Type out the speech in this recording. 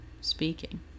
speaking